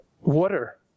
water